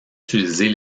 utiliser